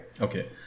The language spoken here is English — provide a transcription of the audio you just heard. Okay